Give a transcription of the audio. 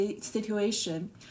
situation